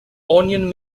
onion